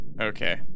okay